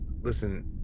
listen